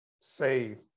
save